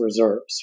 reserves